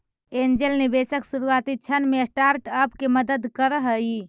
angel निवेशक शुरुआती क्षण में स्टार्टअप के मदद करऽ हइ